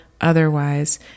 otherwise